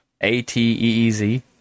A-T-E-E-Z